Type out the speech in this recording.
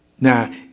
Now